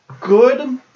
good